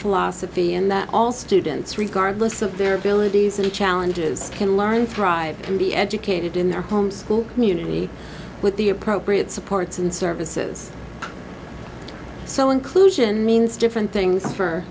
philosophy and that all students regardless of their abilities and challenges can learn thrive can be educated in their home school community with the appropriate supports and services so inclusion means different things for